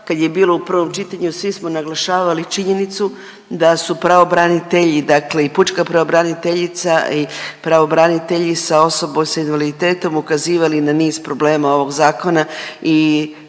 kad je bilo u prvom čitanju svi smo naglašavali činjenicu da su pravobranitelji, dakle i pučka pravobraniteljica i pravobranitelji za osobe s invaliditetom ukazivali na niz problema ovog zakona